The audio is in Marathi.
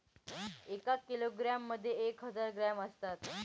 एका किलोग्रॅम मध्ये एक हजार ग्रॅम असतात